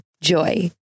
JOY